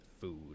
food